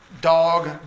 dog